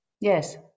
Yes